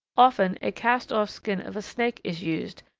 often a cast-off skin of a snake is used,